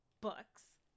books